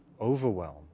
overwhelm